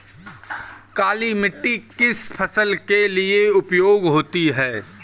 काली मिट्टी किस फसल के लिए उपयोगी होती है?